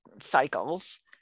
cycles